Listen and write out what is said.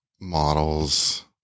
models